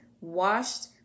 washed